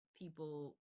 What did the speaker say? people